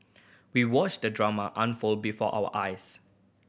we watched the drama unfold before our eyes